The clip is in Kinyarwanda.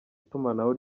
itumanaho